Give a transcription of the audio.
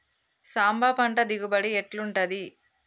సాంబ పంట దిగుబడి ఎట్లుంటది?